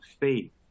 faith